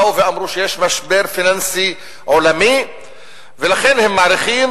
באו ואמרו שיש משבר פיננסי עולמי ולכן הם מעריכים